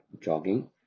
jogging